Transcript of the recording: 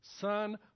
son